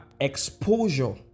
exposure